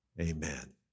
amen